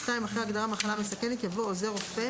2008‏"; (2)אחרי ההגדרה "מחלה מסכנת" יבוא: "עוזר רופא"